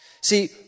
See